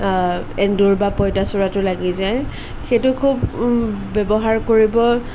এন্দুৰ বা পঁইতাচোৰাটো লাগি যায় সেইটো খুব ব্যৱহাৰ কৰিব